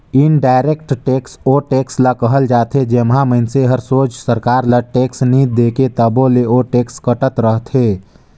indirect tax ओ tax ल कहल जाथे जेम्हां मइनसे हर सोझ सरकार ल टेक्स नी दे तबो ले ओ टेक्स कटत रहथे